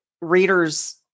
readers